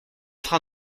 train